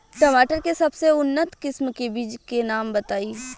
टमाटर के सबसे उन्नत किस्म के बिज के नाम बताई?